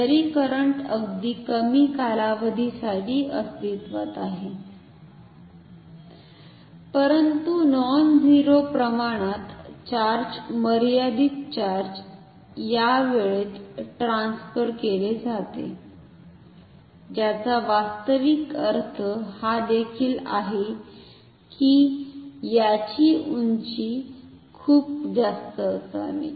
जरी करंट अगदी कमी कालावधीसाठी अस्तित्त्वात आहे परंतु नॉनझिरो प्रमाणात चार्ज मर्यादित चार्ज या वेळेत ट्रांसफर केले जाते ज्याचा वास्तविक अर्थ हा देखील आहे की याची उंची खूप जास्त असावी